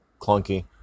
clunky